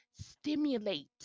Stimulate